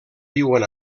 viuen